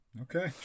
okay